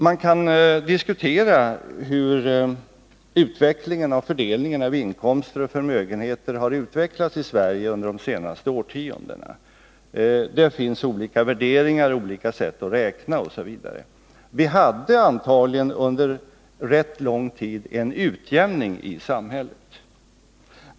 Man kan diskutera hur fördelningen av inkomst och förmögenheter har utvecklats i Sverige under de senaste årtiondena. Det finns olika värderingar, olika sätt att räkna osv. Vi hade antagligen under en rätt lång tid en utjämning i samhället.